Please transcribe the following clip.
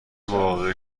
وافع